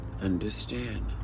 understand